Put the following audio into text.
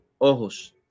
ojos